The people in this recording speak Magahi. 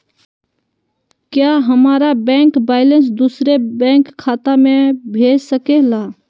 क्या हमारा बैंक बैलेंस दूसरे बैंक खाता में भेज सके ला?